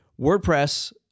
WordPress